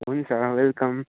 हुन्छ वेलकम